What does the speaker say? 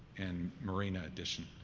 and marina additional.